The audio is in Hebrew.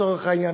לצורך העניין,